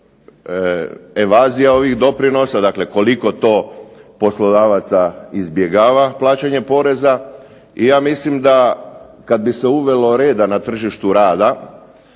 evazija ovih doprinosa, dakle koliko to poslodavaca izbjegava plaćanje poreza. I ja mislim da kad bi se uvelo reda na tržištu rada,